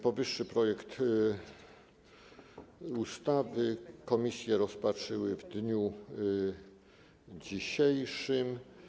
Powyższy projekt ustawy komisje rozpatrzyły w dniu dzisiejszym.